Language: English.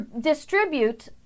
distribute